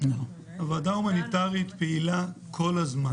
הוועדה ההומניטרית פעילה כל הזמן.